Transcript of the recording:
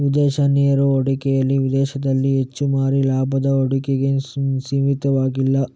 ವಿದೇಶಿ ನೇರ ಹೂಡಿಕೆಯು ವಿದೇಶದಲ್ಲಿ ಹೆಚ್ಚುವರಿ ಲಾಭದ ಹೂಡಿಕೆಗೆ ಸೀಮಿತವಾಗಿಲ್ಲ